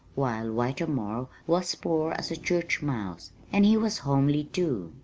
while whitermore was poor as a church mouse, and he was homely, too.